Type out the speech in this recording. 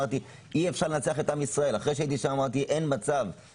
אחרי שהייתי שם אמרתי: אין מצב לנצח את עם ישראל.